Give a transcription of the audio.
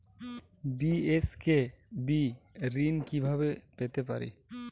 BSKB ঋণ আমি কিভাবে পেতে পারি?